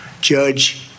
Judge